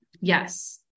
Yes